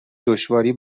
دشواری